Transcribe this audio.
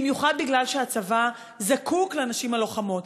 במיוחד משום שהצבא זקוק לנשים לוחמות.